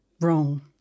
wrong